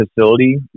facility